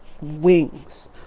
Wings